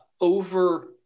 over